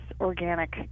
organic